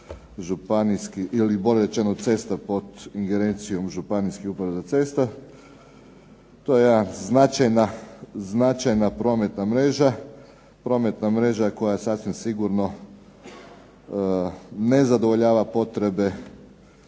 županijskih ili bolje rečeno cesta pod ingerencijom županijskih uprava za ceste. To je značajna prometna mreža, prometna mreža koja sasvim sigurno ne zadovoljava potrebe